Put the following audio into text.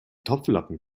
topflappen